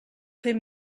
fer